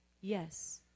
yes